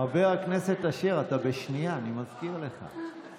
חבר הכנסת אשר, אתה בשנייה, אני מזכיר לך.